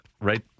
Right